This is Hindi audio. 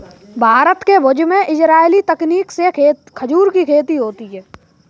भारत के भुज में इजराइली तकनीक से खजूर की खेती होती है